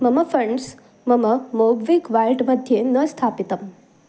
मम फ़ण्ड्स् मम MobiKwik wallet मध्ये न स्थापितम्